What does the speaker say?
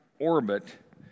orbit